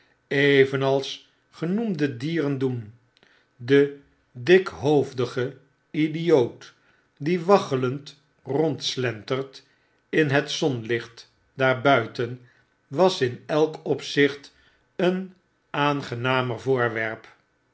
evenals genoemde dieren doen de dikhoofdige idioot die waggelend rondslentert in het zonlicht daarbuiten was in elk opzicht een aangenamer voorwerp